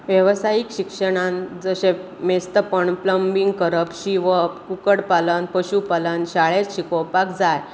वेवसायीक शिक्षणांत जशें मेस्तपण प्लंबींग करप शिंवप कुकट पालन पशु पालन शाळेंत शिकोवपाक जाय